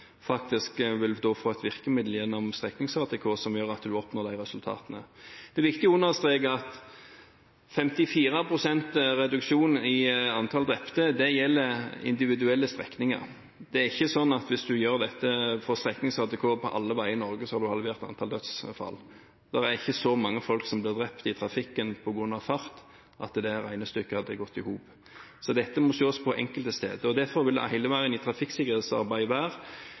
faktisk kan få et virkemiddel gjennom streknings-ATK, som gjør at en oppnår resultater. Det er viktig å understreke at 54 pst. reduksjon i antall drepte gjelder individuelle strekninger. Det er ikke sånn at hvis en har streknings-ATK på alle veier i Norge, halverer en antall dødsfall. Det er ikke så mange som blir drept i trafikken på grunn av fart at det regnestykket hadde gått i hop. Så dette må ses på på det enkelte sted. Derfor vil det hele veien i trafikksikkerhetsarbeidet være